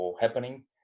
happening